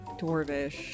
Dwarvish